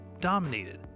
dominated